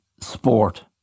sport